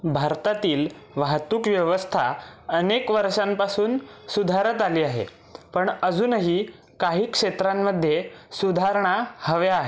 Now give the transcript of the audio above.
भारतातील वाहतूक व्यवस्था अनेक वर्षांपासून सुधारत आली आहे पण अजूनही काही क्षेत्रांमध्ये सुधारणा हव्या आहेत